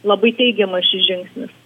labai teigiamas šis žingsnis